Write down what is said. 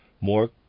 more